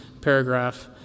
paragraph